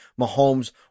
Mahomes